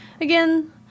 again